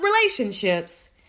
relationships